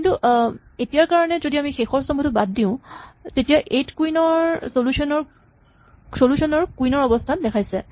কিন্তু এতিয়াৰ কাৰণে আমি যদি শেষৰ স্তম্ভটো বাদ দিওঁ তেতিয়া ই এইট কুইন চলুচ্যন ৰ কুইন ৰ অৱস্হান দেখাইছে